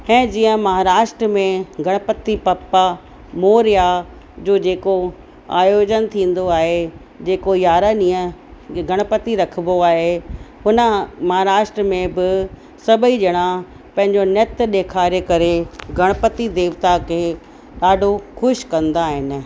ऐं जीअं महाराष्ट्र में गणपति पप्पा मोरिया जो जेको आयोजन थींदो आहे जेको यारहां ॾींहं गणपति रखिबो आहे हुन महाराष्ट्र में बि सभु ई ॼणा पंहिंजो नृत ॾेखारे करे गणपति देवता खे ॾाढो ख़ुशि कंदा आहिनि